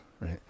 right